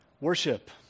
worship